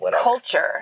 culture